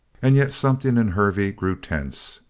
and yet something in hervey grew tense.